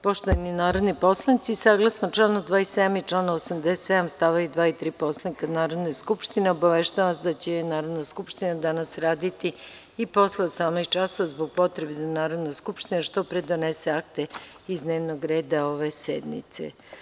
Poštovani narodni poslanici, saglasno članu 27. i članu 87. stavovi 2. i 3. Poslovnika Narodne skupštine, obaveštavam vas da će Narodna skupština danas raditi i posle 18,00 časova, zbog potrebe da Narodna skupština što pre donese akte iz dnevnog reda ove sednice.